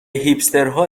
هیپسترها